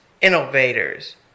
innovators